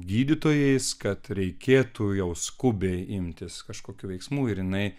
gydytojais kad reikėtų jau skubiai imtis kažkokių veiksmų ir jinai